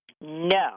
no